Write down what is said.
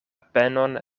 penon